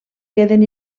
queden